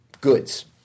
goods